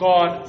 God